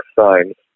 signs